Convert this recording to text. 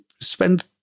spend